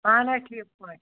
اَہَن حظ ٹھیٖک پٲٹھۍ